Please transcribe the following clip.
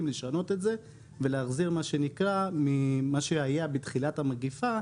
לשנות את זה ולהחזיר את זה למה שהיה בתחילת המגיפה,